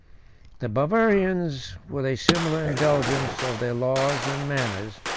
the bavarians, with a similar indulgence of their laws and manners,